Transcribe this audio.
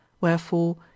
Wherefore